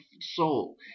soul